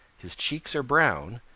his cheeks are brown,